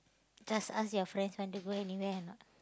just ask your friends want to go anywhere or not